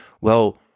well-